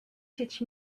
teach